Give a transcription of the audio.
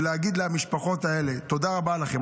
ולהגיד למשפחות האלה: תודה רבה לכן,